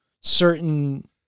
certain